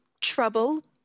trouble